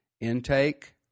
Intake